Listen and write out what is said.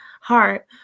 heart